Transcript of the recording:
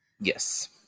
yes